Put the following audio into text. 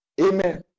Amen